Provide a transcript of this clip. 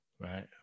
right